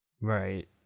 Right